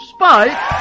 Spike